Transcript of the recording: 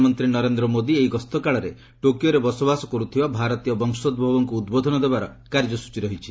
ପ୍ରଧାନମନ୍ତ୍ରୀ ନରେନ୍ଦ୍ର ମୋଦି ଏହି ଗସ୍ତକାଳରେ ଟୋକିଓରେ ବସବାସ କରୁଥିବା ଭାରତୀୟ ବଂଶୋଭବଙ୍କୁ ଉଦ୍ବୋଧନ ଦେବାର କାର୍ଯ୍ୟସୂଚୀ ରହିଛି